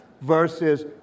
versus